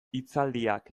hitzaldiak